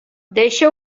deixa